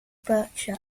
berkshire